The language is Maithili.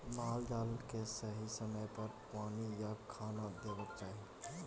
माल जाल केँ सही समय पर पानि आ खाना देबाक चाही